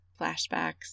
flashbacks